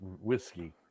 whiskey